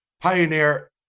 Pioneer